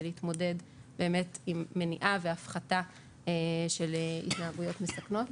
להתמודד עם מניעה והפחתה של התנהגויות מסכנות.